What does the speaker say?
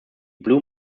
blue